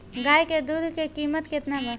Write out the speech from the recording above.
गाय के दूध के कीमत केतना बा?